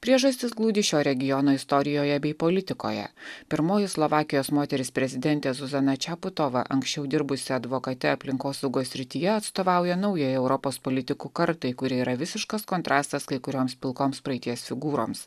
priežastys glūdi šio regiono istorijoje bei politikoje pirmoji slovakijos moteris prezidentė zuzana čepitova anksčiau dirbusi advokate aplinkosaugos srityje atstovauja naujajai europos politikų kartai kuri yra visiškas kontrastas kai kurioms pilkoms praeities figūroms